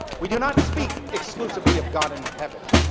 we do not speak exclusively of god in heaven.